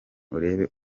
urebe